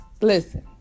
listen